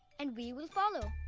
and we will follow.